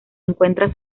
encuentra